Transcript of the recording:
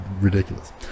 Ridiculous